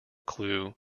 clue